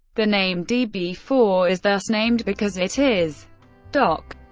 the name d b four is thus named, because it is doc